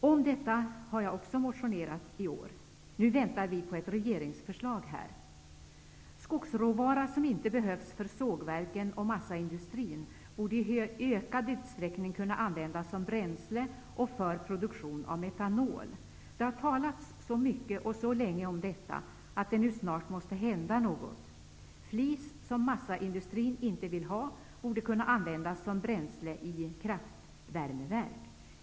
Om detta har jag också väckt motioner i år. Nu väntar vi på ett regeringsförslag. Skogsråvara som inte behövs för sågverken och massaindustrin borde i ökad utsträckning kunna användas som bränsle och för produktion av metanol. Det har talats så mycket och så länge om detta att det nu snart måste hända något. Flis som massaindustrin inte vill ha borde kunna användas som bränsle i kraftvärmeverk.